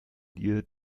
dir